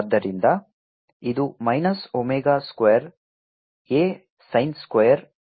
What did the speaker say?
ಆದ್ದರಿಂದ ಇದು minus omega square a sin square omega t ಆಗಲಿದೆ